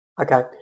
Okay